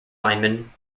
lineman